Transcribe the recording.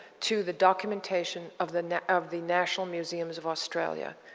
to the documentation of the of the national museums of australia.